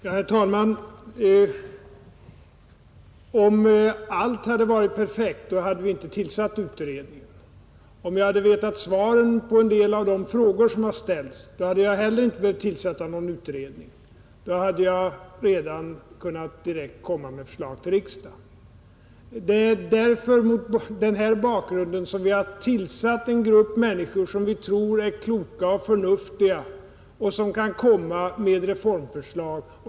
Herr talman! Om allt hade varit perfekt hade vi inte tillsatt utredningen. Om jag hade vetat svaren på en del av de frågor som har ställts hade jag heller inte behövt tillsätta någon utredning. Då hade jag redan kunnat direkt komma med ett förslag till riksdagen. Det är mot denna bakgrund som vi tillsatt en grupp människor som vi tror är kloka och förnuftiga och som kan utarbeta reformförslag.